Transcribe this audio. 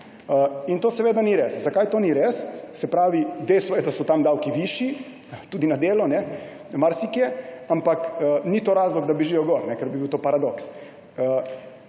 In to seveda ni res. Zakaj to ni res? Se pravi, dejstvo je, da so tam davki višji, tudi na delo marsikje, ampak ni to razlog, da bežijo gor, ker bi bil to paradoks.